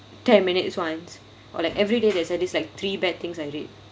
ten minutes once or like everyday there's at least like three bad things I read